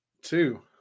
Two